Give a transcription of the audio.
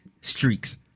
streaks